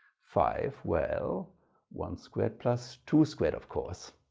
five? well one squared plus two squared, of course.